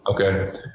Okay